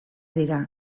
dira